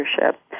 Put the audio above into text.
leadership